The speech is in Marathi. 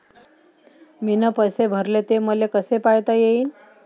मीन पैसे भरले, ते मले कसे पायता येईन?